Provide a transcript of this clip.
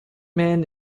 man